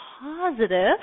positive